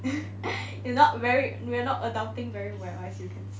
we're not we're not adulting very well as you can see